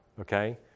okay